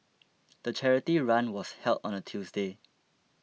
the charity run was held on a Tuesday